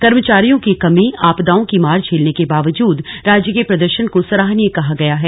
कर्मचारियों की कमी आपदाओं की मार झेलने के बावजूद राज्य के प्रदर्शन को सराहनीय कहा गया है